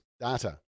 data